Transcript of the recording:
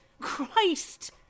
Christ